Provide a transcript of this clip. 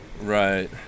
Right